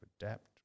adapt